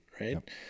Right